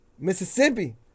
Mississippi